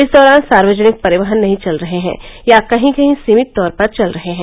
इस दौरान सार्वजनिक परिवहन नहीं चल रहे हैं या कहीं कहीं सीमित तौर पर चल रहे हैं